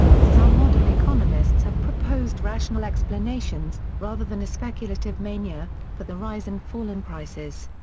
some modern economists have proposed rational explanations, rather than a speculative mania, for the rise and fall in prices.